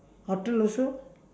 hotel also